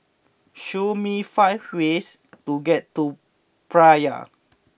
show me five ways to get to Praia